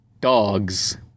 dogs